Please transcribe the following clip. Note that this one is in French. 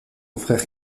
frère